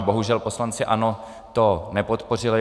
Bohužel, poslanci ANO to nepodpořili.